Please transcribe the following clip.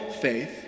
faith